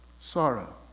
Sorrow